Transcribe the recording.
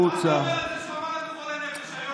הוא אמר לנו "חולי נפש".